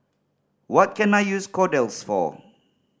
what can I use Kordel's for